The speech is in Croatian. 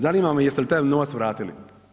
Zanima me jeste li taj novac vratili?